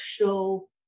show